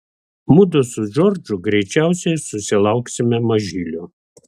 mudu su džordžu greičiausiai susilauksime mažylio